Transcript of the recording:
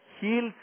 heals